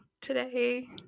today